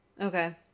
Okay